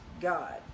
God